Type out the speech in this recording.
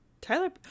Tyler